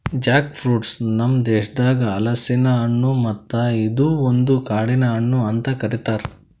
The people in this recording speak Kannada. ಜಾಕ್ ಫ್ರೂಟ್ ನಮ್ ದೇಶದಾಗ್ ಹಲಸಿನ ಹಣ್ಣು ಮತ್ತ ಇದು ಒಂದು ಕಾಡಿನ ಹಣ್ಣು ಅಂತ್ ಕರಿತಾರ್